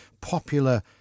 popular